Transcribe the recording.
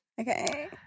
Okay